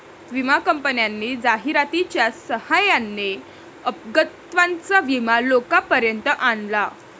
विमा कंपन्यांनी जाहिरातीच्या सहाय्याने अपंगत्वाचा विमा लोकांपर्यंत आणला